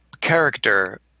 character